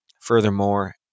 Furthermore